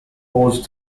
hosts